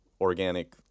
organic